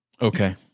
Okay